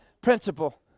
principle